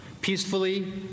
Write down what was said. peacefully